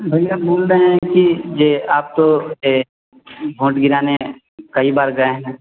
भैया बोल रहे हैं कि यह आप तो यह भोट गिराने कई बार गए हैं